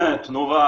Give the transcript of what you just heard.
תנובה,